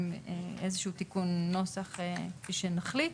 עם איזה שהוא תיקון נוסח כפי שנחליט.